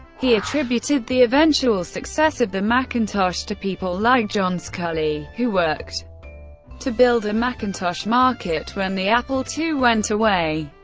he attributed the eventual success of the macintosh to people like john sculley who worked to build a macintosh market when the apple ii went away.